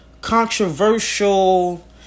Controversial